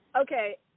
Okay